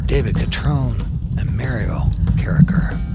david cotrone and mariel cariker.